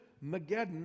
Megiddo